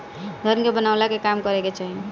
धन के बनवला के काम करे के चाही